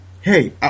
hey